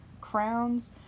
crowns